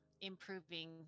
improving